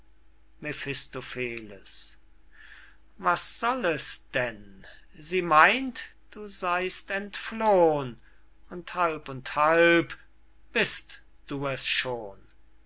was soll es denn sie meint du seyst entfloh'n und halb und halb bist du es schon